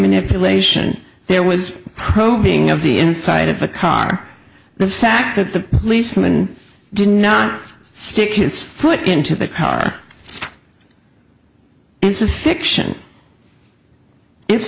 manipulation there was probing of the inside of the car the fact that the policeman did not stick his foot into the car insufficient it's